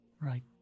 Right